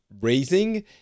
raising